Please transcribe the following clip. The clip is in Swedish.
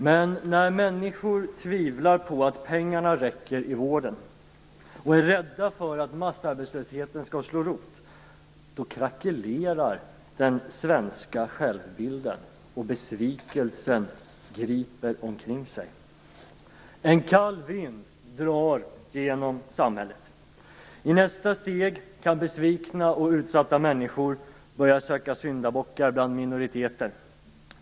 Men när människor tvivlar på att pengarna räcker i vården och är rädda för att massarbetslösheten skall slå rot krackelerar den svenska självbilden, och besvikelsen griper omkring sig. En kall vind drar genom samhället. I nästa steg kan besvikna och utsatta människor börja söka syndabockar bland minoriteter.